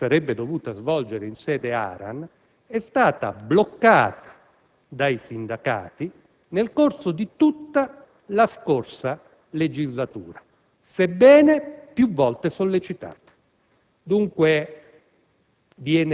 che si sarebbe dovuta svolgere in sede ARAN, è stata bloccata dai sindacati nel corso di tutta la scorsa legislatura, sebbene più volte sollecitata. Dunque,